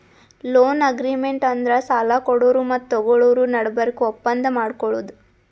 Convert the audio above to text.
loan agreement ಅಂದ್ರ ಸಾಲ ಕೊಡೋರು ಮತ್ತ್ ತಗೋಳೋರ್ ನಡಬರ್ಕ್ ಒಪ್ಪಂದ್ ಮಾಡ್ಕೊಳದು